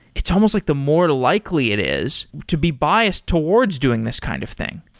it's almost like the more likely it is to be biased towards doing this kind of thing.